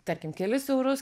tarkim kelis eurus